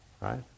right